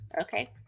Okay